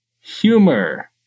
humor